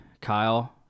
Kyle